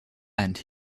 and